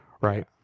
Right